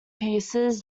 pieces